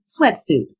sweatsuit